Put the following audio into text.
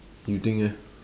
you think eh